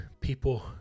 people